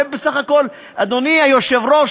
הרי בסך הכול, אדוני היושב-ראש,